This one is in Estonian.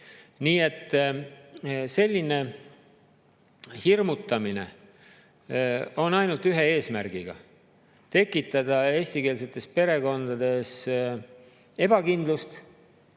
Nii et selline hirmutamine on ainult ühe eesmärgiga: tekitada eestikeelsetes perekondades ebakindlust.